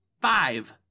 Five